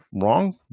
wrong